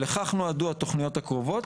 לכך נועדו התוכניות הקרובות.